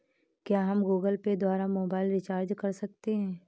क्या हम Google Pay द्वारा मोबाइल रिचार्ज कर सकते हैं?